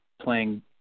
playing